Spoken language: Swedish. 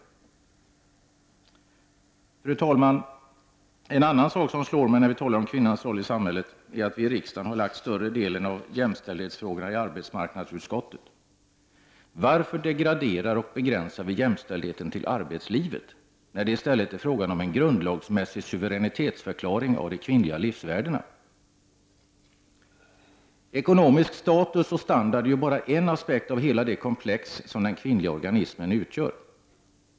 Fru talman! En annan sak som slår mig, när vi talar om kvinnans roll i samhället, är att vi i riksdagen har lagt större delen av jämställdhetsfrågorna i arbetsmarknadsutskottet. Varför degraderar och begränsar vi jämställdheten till arbetslivet, när det i stället är fråga om en grundlagsmässig suveränitetsförklaring av de kvinnliga livsvärdena? Ekonomisk status och standard är ju bara en aspekt av hela det komplex som den kvinnliga organismen utgör.